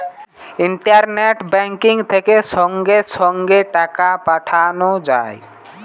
internet banking থেকে সঙ্গে সঙ্গে টাকা পাঠানো যায়